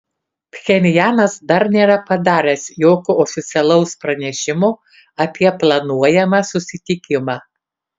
pchenjanas dar nėra padaręs jokio oficialaus pranešimo apie planuojamą susitikimą